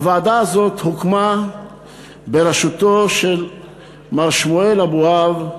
הוועדה הזאת הוקמה בראשותו של מר שמואל אבואב,